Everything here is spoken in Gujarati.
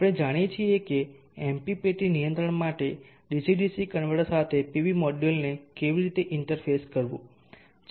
આપણે જાણીએ છીએ કે MPPT નિયંત્રણ માટે ડીસી ડીસી કન્વર્ટર સાથે પીવી મોડ્યુલને કેવી રીતે ઇંટરફેસ કરવું